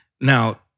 Now